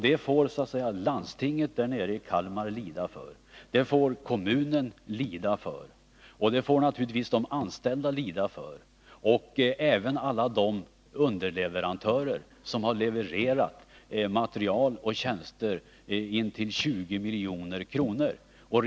Det får landstinget i Kalmar län, kommunen och de anställda lida för. Även alla de underleverantörer som har levererat material och tjänster till en summa av 20 milj.kr. får lida för detta.